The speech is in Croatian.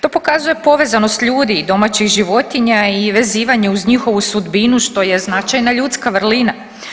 To pokazuje povezanost ljudi i domaćih životinja i vezivanje uz njihovu sudbinu što je značajna ljudska vrlina.